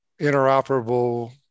interoperable